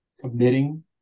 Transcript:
committing